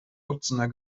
dutzender